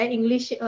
English